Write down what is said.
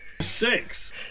Six